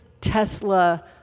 tesla